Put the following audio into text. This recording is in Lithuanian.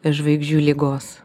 iš žvaigždžių ligos